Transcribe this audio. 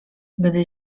gdy